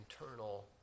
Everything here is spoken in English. internal